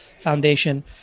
foundation